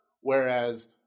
whereas